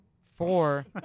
four